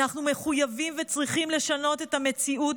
אנחנו מחויבים וצריכים לשנות את המציאות